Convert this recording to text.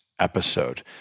episode